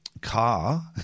car